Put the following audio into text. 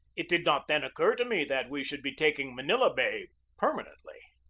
it did not then occur to me that we should be taking manila bay permanently.